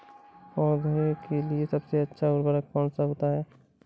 पौधे के लिए सबसे अच्छा उर्वरक कौन सा होता है?